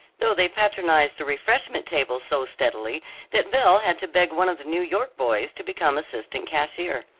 though they patronized the refreshment table so steadily that belle had to beg one of the new york boys to become assistant cashier.